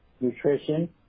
nutrition